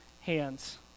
hands